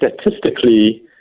statistically